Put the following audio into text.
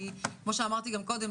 כי כמו שאמרתי גם קודם,